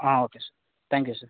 okay sir thank you sir